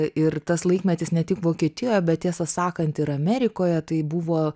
ir tas laikmetis ne tik vokietijoje bet tiesą sakant ir amerikoje tai buvo